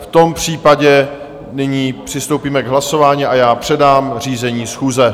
V tom případě nyní přistoupíme k hlasování a já předám řízení schůze.